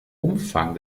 umfang